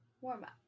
warm-up